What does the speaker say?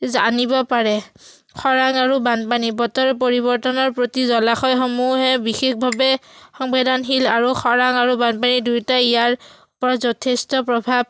জানিব পাৰে খৰাং আৰু বানপানী বতৰ পৰিৱৰ্তনৰ প্ৰতি জলাশয়সমূহে বিশেষভাৱে সংবেদনশীল আৰু খৰাং আৰু বানপানী দুয়োটা ইয়াৰ ওপৰত যথেষ্ট প্ৰভাৱ